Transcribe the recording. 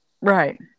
Right